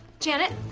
janet.